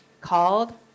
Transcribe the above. called